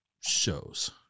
shows